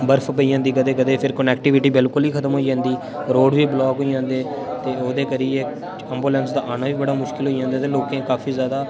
बरफ पेई जन्दी कदें कदें फिर कनेक्टिविटी बिलकुल ही खत्म होई जन्दी रोड बी ब्लॉक होई जन्दे ते ओह्दे करियै एम्बुलेंस दा आना ई बड़ा मुश्कल होई जंदा ते लोकें काफी जादा